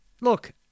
look